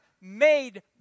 made